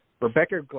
Rebecca